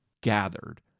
gathered